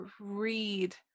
read